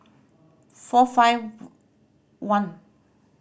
four five one